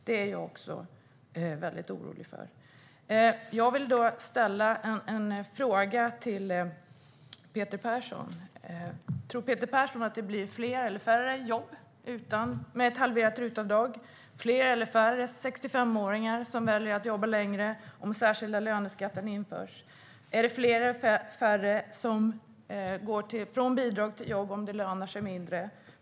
Det är även jag väldigt orolig för. Jag vill fråga Peter Persson om han tror att det blir fler eller färre jobb med ett halverat RUT-avdrag, fler eller färre 65-åringar som väljer att jobba längre om den särskilda löneskatten införs och fler eller färre som går från bidrag till jobb om det lönar sig mindre.